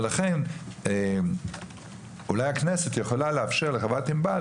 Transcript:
לכן אולי הכנסת יכולה לאפשר לחברת ענבל